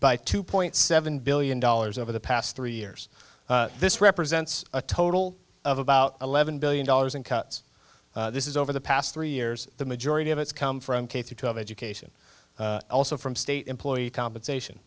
by two point seven billion dollars over the past three years this represents a total of about eleven billion dollars in cuts this is over the past three years the majority of it's come from k through twelve education also from state employee compensation